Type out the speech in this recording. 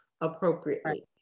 appropriately